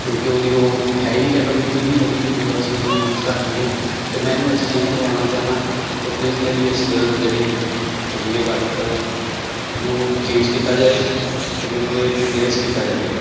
ਕਿਉਂਕਿ ਉਹਦੀ ਉਹ ਹੈ ਹੀ ਨਹੀਂ ਕੈਪੇਬਿਲਿਟੀ ਨਹੀਂ ਹੈਗੀ ਕਿ ਵੀ ਅਸੀਂ ਉਹਨੂੰ ਯੂਜ਼ ਕਰ ਲਈਏ ਅਤੇ ਮੈਂ ਇਹਨੂੰ ਐਕਸਚੇਂਜ ਕਰਵਾਉਣਾ ਚਾਹੁੰਦਾ ਅਤੇ ਪਲੀਜ਼ ਮੇਰੀ ਇਸ ਜਿਹੜੀ ਹੈਗੀ ਇਹ ਗੱਲ ਇਹਨੂੰ ਚੇਂਜ ਕੀਤਾ ਜਾਵੇ ਅਤੇ ਮੈਨੂੰ ਇਹ ਰੀਪਲੇਸ ਕੀਤਾ ਜਾਵੇ